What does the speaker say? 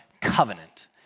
covenant